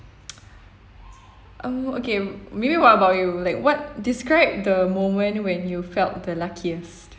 uh okay maybe what about you like what describe the moment when you felt the luckiest